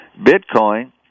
Bitcoin